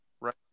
Right